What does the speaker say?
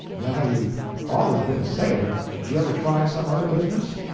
now you've always been a sailor did you ever try some other business?